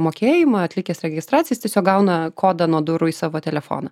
mokėjimą atlikęs registraciją jis tiesiog gauna kodą nuo durų į savo telefoną